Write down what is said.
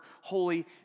holy